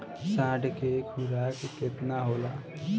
साँढ़ के खुराक केतना होला?